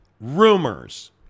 Rumors